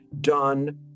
done